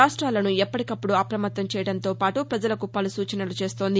రాష్ట్రాలను ఎప్పటికప్పుడు అప్రమత్తం చేయడంతో పాటు ప్రజలకు పలు సూచనలు చేస్తోంది